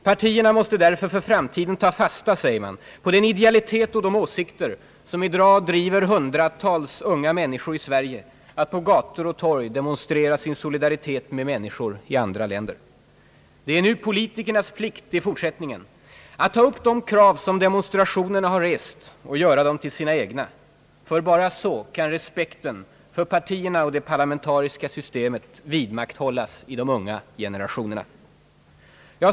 Partierna måste därför för framtiden ta fasta på den idealitet och de åsikter som i dag driver hundratals unga människor i Sverige att på gator och torg demonstrera sin solidaritet med människor i andra länder. Det är nu politikernas plikt, säger man, att ta upp de krav som demonstrationerna har rest och göra dem till sina egna. Endast så kan respekten för partierna och det parlamen tariska systemet vidmakthållas i de unga generationerna.